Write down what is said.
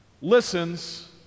listens